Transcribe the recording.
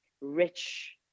rich